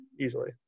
easily